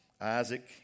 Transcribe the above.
Isaac